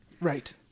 right